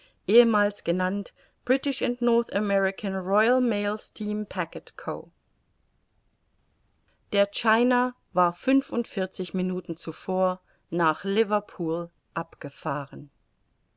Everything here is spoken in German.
ehemals genannt british and north american royal mail steam packet co der china war fünfundvierzig minuten zuvor nach liverpool abgefahren